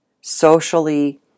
socially